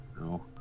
No